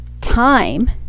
time